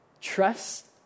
trust